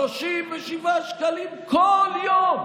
37 שקלים כל יום.